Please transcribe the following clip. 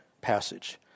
passage